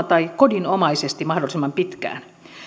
tai kodinomaisesti mahdollisimman pitkään